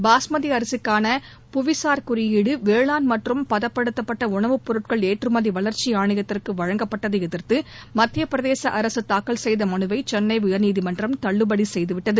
பாஸ்மதி அரிசிக்கான புவிசார் குறியீடு வேளாண் மற்றும் பதப்படுத்தப்பட்ட உணவு பொருட்கள் ஏற்றுமதி வளர்ச்சி ஆணையத்திற்கு வழங்கப்பட்டதை எதிர்த்து மத்திய பிரதேச அரசு தாக்கல் செய்த மனுவை சென்னை உயர்நீதிமன்றம் தள்ளுபடி செய்துவிட்டது